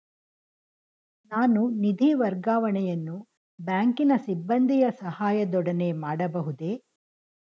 ನಾನು ನಿಧಿ ವರ್ಗಾವಣೆಯನ್ನು ಬ್ಯಾಂಕಿನ ಸಿಬ್ಬಂದಿಯ ಸಹಾಯದೊಡನೆ ಮಾಡಬಹುದೇ?